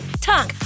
tongue